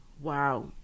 Wow